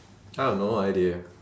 I have no idea